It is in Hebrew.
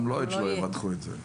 גם לוידס לא יבטחו את זה.